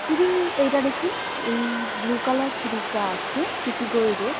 দিদি এইটা দেখুন এই ব্লু কালার চুড়িটা আছে সিটি গোল্ডের